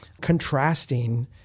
contrasting